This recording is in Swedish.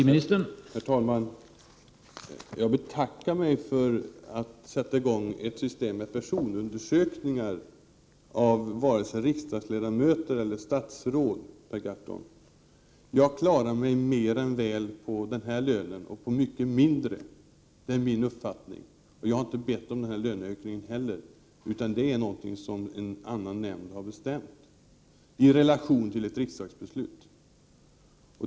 Herr talman! Per Gahrton, jag betackar mig för att sätta i gång ett system med personundersökningar av riksdagsledamöter eller statsråd. Jag klarar mig mer än väl på den här lönen och på mycket mindre. Det är min uppfattning. Jag har inte bett om denna lönehöjning, utan den har en nämnd bestämt på grundval av ett riksdagsbeslut.